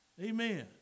Amen